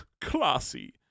classy